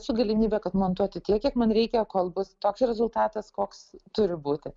čia galimybė kad montuoti tiek kiek man reikia kol bus toks rezultatas koks turi būti